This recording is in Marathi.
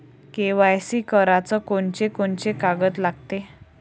के.वाय.सी कराच कोनचे कोनचे कागद लागते?